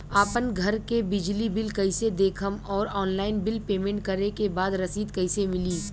आपन घर के बिजली बिल कईसे देखम् और ऑनलाइन बिल पेमेंट करे के बाद रसीद कईसे मिली?